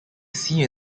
see